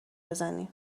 بزنیم